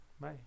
Bye